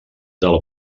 del